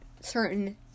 certain